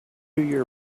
your